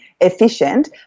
efficient